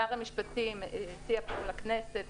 שר המשפטים הציע לכנסת,